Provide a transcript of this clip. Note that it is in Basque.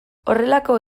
horrelako